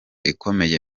ikomeye